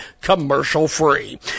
commercial-free